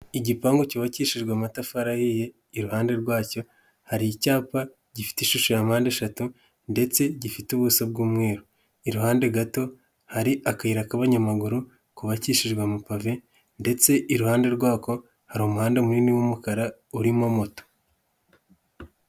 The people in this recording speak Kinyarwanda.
Igipangu kibakishijwe amatafari ahiye, iruhande rwacyo hari icyapa gifite ishusho ya mpande eshatu ndetse gifite ubuso bw'umweru, iruhande gato hari akayira k'abanyamaguru kubabakishijwe amapave ndetse iruhande rwako, hari umuhanda munini w'umukara urimo moto.